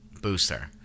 booster